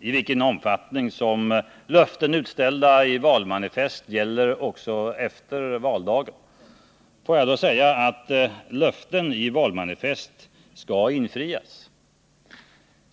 i vilken omfattning som löften utställda i valmanifest gäller också efter valdagen. Låt mig säga att löften i valmanifest skall infrias.